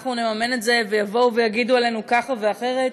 אנחנו נממן את זה ויבואו ויגידו עלינו ככה ואחרת?